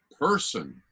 person